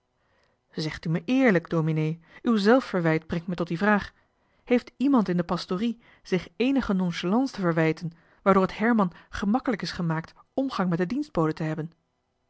u me eerlijk dominee uw zelfverwijt brengt me tot die vraag heeft iemand in de pastorie zich eenige nonchalance te verwijten waardoor het herman gemakkelijk is gemaakt omgang met de dienstbode te hebben